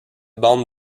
bandes